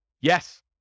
Yes